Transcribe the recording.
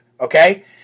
okay